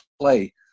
play